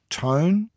tone